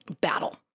battle